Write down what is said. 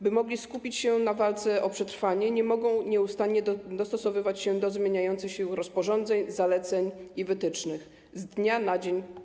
By mogli skupić się na walce o przetrwanie, nie mogą nieustannie dostosowywać się do zmieniających się rozporządzeń, zaleceń i wytycznych, prezentowanych z dnia na dzień.